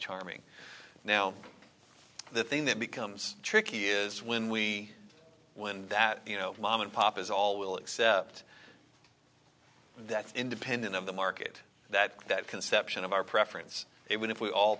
charming now the thing that becomes tricky is when we wind that you know mom and pop is all will accept that independent of the market that that conception of our preference it would if we all